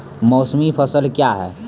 मौसमी फसल क्या हैं?